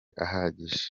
ahagije